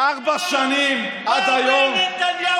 מה אומר נתניהו?